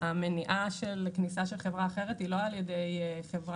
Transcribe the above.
המניעה של כניסה של חברה אחרת היא לא על ידי חברה